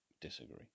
disagree